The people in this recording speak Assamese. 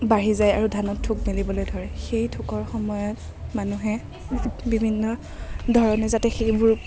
বাঢ়ি যায় আৰু ধানত ঠোক মেলিবলৈ ধৰে সেই ঠোকৰ সময়ত মানুহে বিভিন্ন ধৰণে যাতে সেইবোৰ